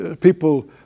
People